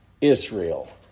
Israel